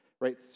right